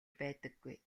байдаггүй